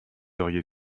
auriez